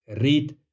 read